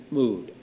mood